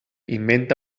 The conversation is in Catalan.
inventa